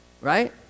right